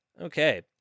Okay